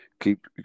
keep